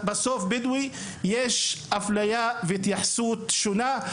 בדואי, יש אפליה והתייחסות שונה.